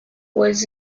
was